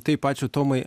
taip ačiū tomai